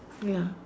ya